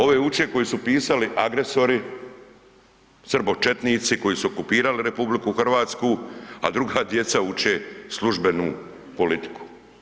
Ove uče koje su pisali agresori, srbočetnici koji su okupirali RH, a druga djeca uče službenu politiku.